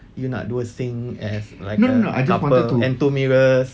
you nak dua sink as like a couple and two mirrors